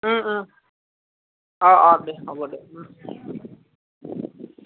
অ অ দে হ'ব দে